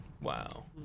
wow